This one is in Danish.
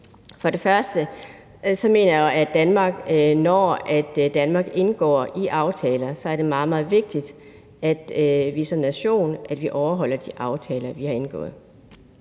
sige, at jeg jo mener, at det, når Danmark indgår aftaler, er meget, meget vigtigt, at vi som nation overholder de aftaler, vi har indgået.